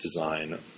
design